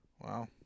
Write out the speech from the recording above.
Wow